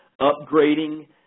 upgrading